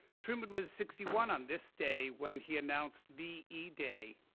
truman was sixty one on this day when he announced v e day,